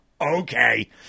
Okay